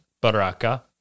Baraka